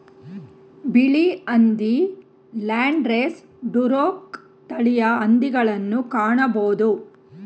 ಬಿಳಿ ಹಂದಿ, Landrace, Duroc ತಳಿಯ ಹಂದಿಗಳನ್ನು ಕಾಣಬೋದು